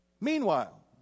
Meanwhile